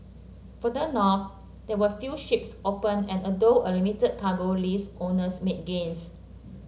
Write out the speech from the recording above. further north there were few ships open and although a limited cargo list owners made gains